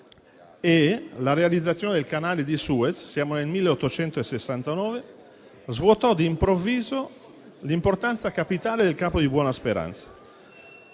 e la realizzazione del Canale di Suez, nel 1869, svuotò d'improvviso l'importanza capitale del Capo di Buona Speranza;